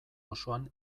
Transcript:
osoan